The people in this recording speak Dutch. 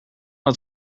het